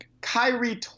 Kyrie